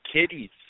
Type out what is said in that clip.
kitties